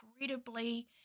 incredibly